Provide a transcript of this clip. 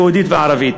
היהודית והערבית.